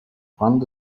quando